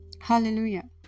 Hallelujah